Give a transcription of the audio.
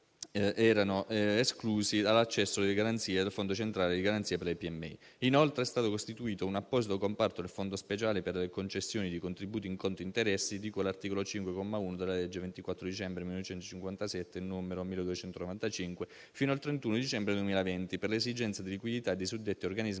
sono esclusi dall'accesso alle garanzie del Fondo centrale di garanzia per le PMI. Inoltre, è stato costituito un apposito comparto del Fondo speciale per la concessione di contributi in conto interessi, di cui all'articolo 5, comma 1, della legge n. 1295 del 24 dicembre 1957, fino al 31 dicembre 2020, per le esigenze di liquidità dei suddetti organismi